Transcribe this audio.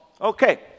Okay